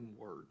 word